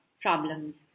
problems